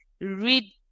read